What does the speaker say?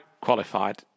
qualified